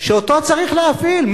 שאותו צריך להפעיל.